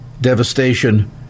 devastation